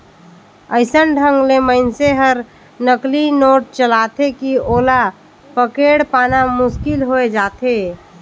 अइसन ढंग ले मइनसे हर नकली नोट चलाथे कि ओला पकेड़ पाना मुसकिल होए जाथे